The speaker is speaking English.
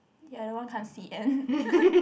the other one can't see and